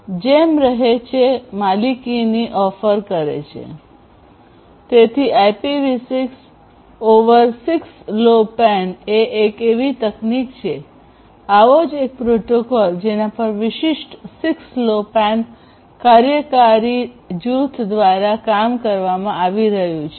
જેમ રહે છે માલિકીની ઓફર કરે છે તેથી IPv6 ઓવર 6LoWPAN એ એક એવી તકનીક છે આવો જ એક પ્રોટોકોલ જેના પર વિશિષ્ટ 6LoWPAN કાર્યકારી જૂથ દ્વારા કામ કરવામાં આવી રહ્યું છે